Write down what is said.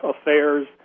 affairs